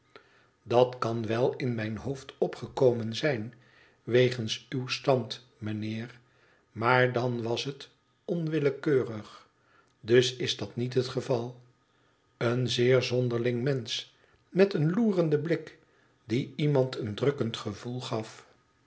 dat kan wel in mijn hoofd opgekomen zijn wegens uw stand mijnheer maar dan was het onwillekeurig dus is dat met het geval i een zeer zonderling mensch met een loerenden blik die iemand een drukkend gevoel gaf